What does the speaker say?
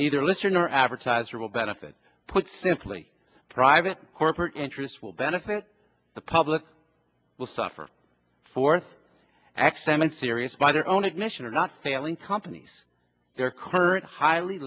neither lister nor advertiser will benefit put simply private corporate interests will benefit the public will suffer for x m and sirius by their own admission are not failing companies their current highly